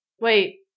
Wait